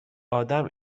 آدم